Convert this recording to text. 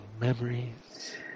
memories